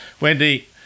Wendy